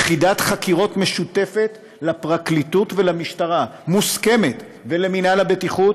יחידת חקירות משותפת לפרקליטות ולמשטרה ולמינהל הבטיחות,